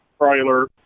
trailer